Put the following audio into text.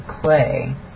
clay